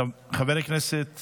חבר הכנסת